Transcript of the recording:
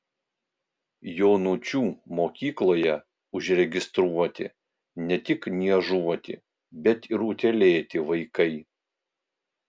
jonučių mokykloje užregistruoti ne tik niežuoti bet ir utėlėti vaikai